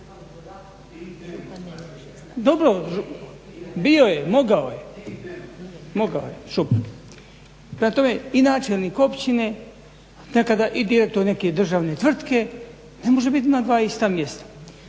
Dobro, bio je, mogao je, …/Govornik se ne razumije./… Prema tome i načelnik općine nekada i direktor neke državne tvrtke ne može biti na dva ista mjesta.